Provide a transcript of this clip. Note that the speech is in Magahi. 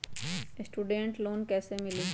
स्टूडेंट लोन कैसे मिली?